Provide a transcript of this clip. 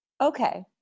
Okay